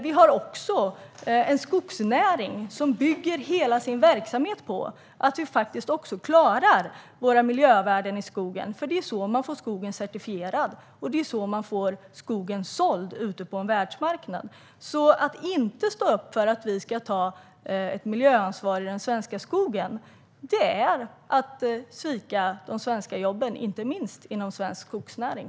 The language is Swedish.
Vi har också en skogsnäring som bygger hela sin verksamhet på att vi klarar våra miljövärden i skogen, för det är så man får skogen certifierad och det är så man får skogen såld ute på världsmarknaden. Att inte stå upp för att vi ska ta ett miljöansvar för den svenska skogen är att svika de svenska jobben inom svensk skogsnäring.